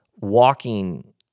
walking